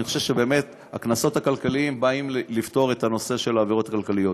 אני חושב שבאמת הקנסות הכלכליים באים לפתור את הנושא של עבירות כלכליות.